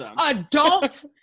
adult